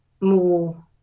more